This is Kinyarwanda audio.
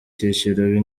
cyiciro